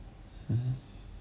uh